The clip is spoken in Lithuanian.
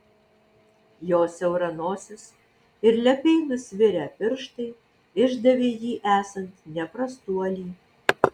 jo siaura nosis ir lepiai nusvirę pirštai išdavė jį esant ne prastuoli